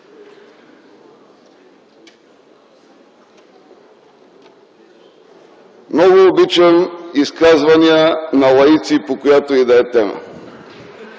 Много обичам изказвания на лаици по която и да е тема.